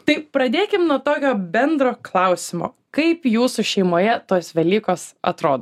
tai pradėkim nuo tokio bendro klausimo kaip jūsų šeimoje tos velykos atrodo